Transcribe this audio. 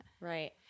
Right